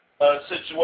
situation